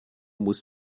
muss